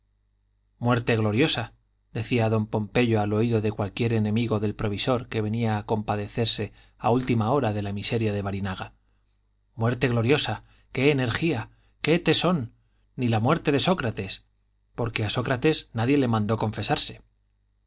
muerte gloriosa decía don pompeyo al oído de cualquier enemigo del provisor que venía a compadecerse a última hora de la miseria de barinaga muerte gloriosa qué energía qué tesón ni la muerte de sócrates porque a sócrates nadie le mandó confesarse